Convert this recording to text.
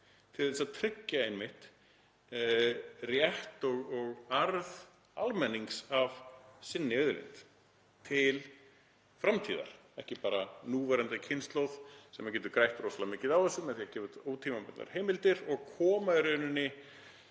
til þess að tryggja rétt og arð almennings af sinni auðlind til framtíðar, ekki bara núverandi kynslóð sem getur grætt rosalega mikið á þessu með því að gefa út ótímabundnar heimildir og koma í rauninni